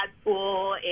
school